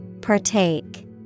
Partake